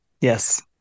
Yes